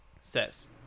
says